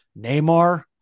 Neymar